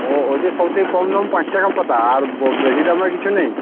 ও ওইটে সব থেকে কম দাম পাঁচ টাকা পাতা আর ব বেশি দামের কিছু নেই